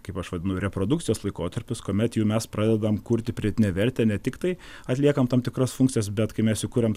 kaip aš vadinu reprodukcijos laikotarpis kuomet jau mes pradedam kurti pridėtinę vertę ne tiktai atliekam tam tikras funkcijas bet kai mes jau kuriam